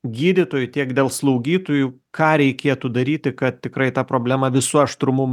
gydytojų tiek dėl slaugytojų ką reikėtų daryti kad tikrai ta problema visu aštrumu